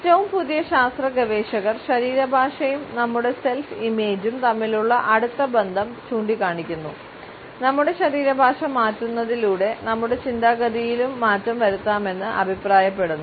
ഏറ്റവും പുതിയ ശാസ്ത്ര ഗവേഷകർ ശരീരഭാഷയും നമ്മുടെ സെൽഫ് ഇമേജ്ജും തമ്മിലുള്ള അടുത്ത ബന്ധം ചൂണ്ടിക്കാണിക്കുന്നു നമ്മുടെ ശരീരഭാഷ മാറ്റുന്നതിലൂടെ നമ്മുടെ ചിന്താഗതിയിലും മാറ്റം വരുത്താമെന്ന് അഭിപ്രായപ്പെടുന്നു